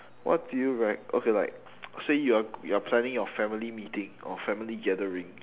what do you rec~ okay like say you are you are planning your family meeting or family gathering